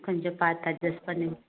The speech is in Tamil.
கொஞ்சம் பார்த்து அட்ஜஸ்ட் பண்ணுங்கள்